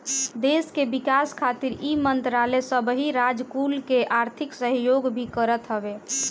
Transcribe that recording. देस के विकास खातिर इ मंत्रालय सबही राज कुल के आर्थिक सहयोग भी करत हवे